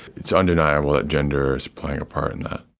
it's undeniable that gender is playing a part in that.